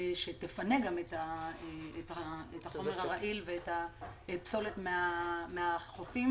שתפנה את החומר הרעיל ואת הפסולת מהחופים.